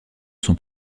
sont